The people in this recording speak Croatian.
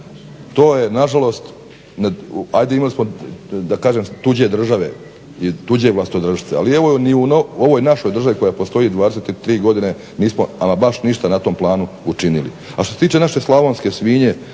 to je nažalost. Ajde imali smo da kažem tuđe države i tuđe vlastodršca ali evo ni u ovoj našoj državi koja postoji 23 godine nismo ama baš ništa na tom planu učinili. A što se tiče naše slavonske svinje,